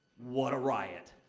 what a riot!